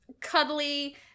cuddly